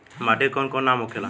माटी के कौन कौन नाम होखेला?